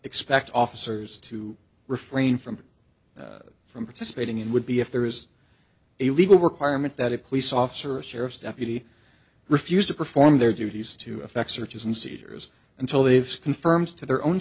expect officers to refrain from from participating in would be if there is a legal requirement that a police officer or a sheriff's deputy refuse to perform their duties to effect searches and seizures until they've confirmed to their own